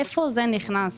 איפה זה נכנס?